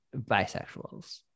bisexuals